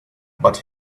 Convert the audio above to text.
but